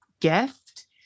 gift